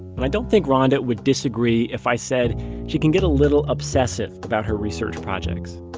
and i don't think ronda would disagree if i said she can get a little obsessive about her research projects.